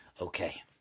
Okay